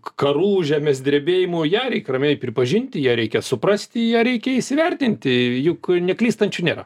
karų žemės drebėjimų ją reik ramiai pripažinti ją reikia suprasti ją reikia įsivertinti juk neklystančių nėra